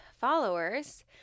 followers